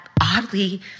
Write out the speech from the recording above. oddly